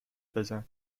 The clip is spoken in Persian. بزن